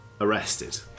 arrested